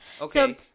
Okay